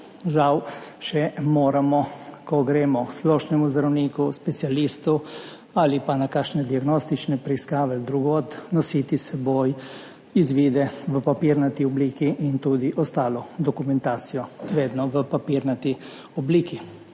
žal, moramo, ko gremo k splošnemu zdravniku, specialistu ali pa na kakšne diagnostične preiskave od drugod, še vedno nositi s seboj izvide v papirnati obliki in tudi ostalo dokumentacijo vedno v papirnati obliki.